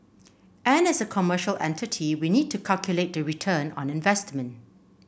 and as a commercial entity we need to calculate the return on investment